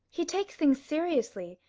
he takes things seriously.